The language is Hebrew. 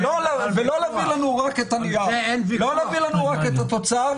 לא להביא לנו רק את התוצאה,